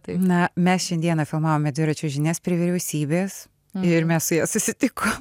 na mes šiandieną filmavome dviračio žinias prie vyriausybės ir mes su ja susitikom